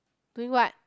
doing what